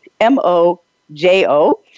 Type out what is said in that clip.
M-O-J-O